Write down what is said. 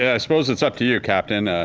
i suppose it's up to you, captain.